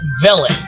villain